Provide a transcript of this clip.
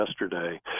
yesterday